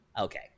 Okay